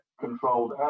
controlled